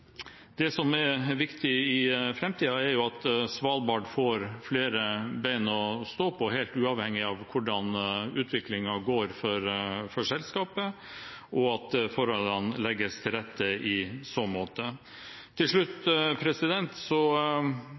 Det som er viktig i framtiden, er at Svalbard får flere bein å stå på, helt uavhengig av hvordan utviklingen går for selskapet, og at forholdene legges til rette i så måte. Til slutt: